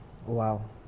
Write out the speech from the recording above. Wow